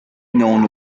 known